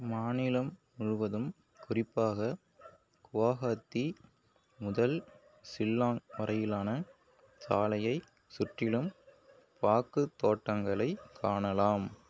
மாநிலம் முழுவதும் குறிப்பாக குவஹாத்தி முதல் ஷில்லாங் வரையிலான சாலையைச் சுற்றிலும் பாக்குத் தோட்டங்களை காணலாம்